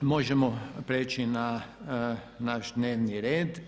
Možemo prijeći na naš dnevni red.